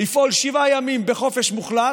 לפעול שבעה ימים בחופש מוחלט,